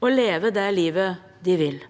og leve det livet de vil.